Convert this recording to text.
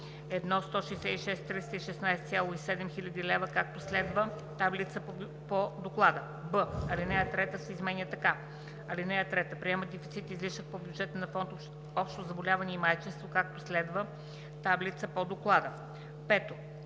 1 166 316,7 хил. лв., както следва: (таблица по доклада).“ б) ал. 3 се изменя така: „(3) Приема дефицит (излишък) по бюджета на фонд „Общо заболяване и майчинство“, както следва: (таблица по доклада).“ 5.